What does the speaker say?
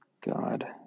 God